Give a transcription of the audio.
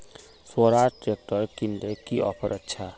Swaraj tractor किनले की offer अच्छा?